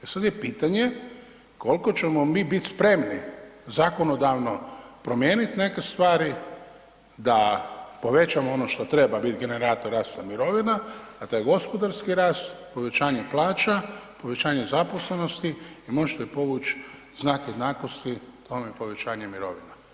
E sada je pitanje koliko ćemo mi biti spremni zakonodavno promijeniti neke stvari da povećamo ono što treba biti generator rasta mirovina, da taj gospodarski rast povećanja plaća, povećanje zaposlenosti i možete povući znak jednakosti i tome povećanje mirovina.